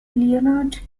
leonard